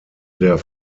der